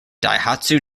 daihatsu